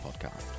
podcast